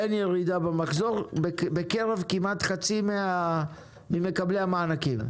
אין ירידה במחזור בקרב כמעט חצי ממקבלי המענקים,